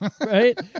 right